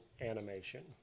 animation